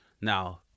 Now